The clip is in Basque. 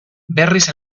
berriz